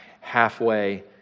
halfway